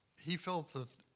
he felt that,